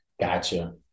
Gotcha